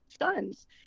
sons